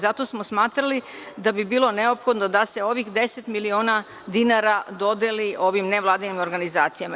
Zato smo smatrali da bi bilo neophodno da se ovih 10 miliona dinara dodeli ovim nevladinim organizacijama.